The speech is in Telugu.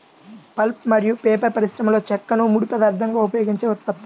పల్ప్ మరియు పేపర్ పరిశ్రమలోచెక్కను ముడి పదార్థంగా ఉపయోగించే ఉత్పత్తి